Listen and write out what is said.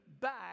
back